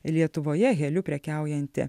lietuvoje heliu prekiaujanti